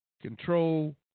control